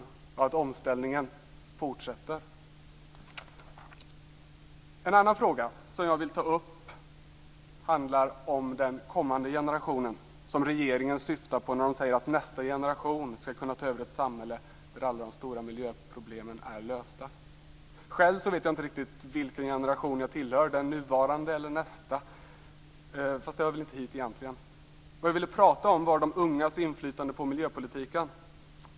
Jag hoppas att omställningen fortsätter. En annan fråga som jag vill ta upp handlar om den kommande generationen, som regeringen syftar på när den säger att nästa generation skall kunna ta över ett samhälle där alla de stora miljöproblemen är lösta. Själv vet jag inte riktigt vilken generation jag tillhör, den nuvarande eller nästa. Fast det hör väl inte hit egentligen. Vad jag ville prata om var de ungas inflytande på miljöpolitiken.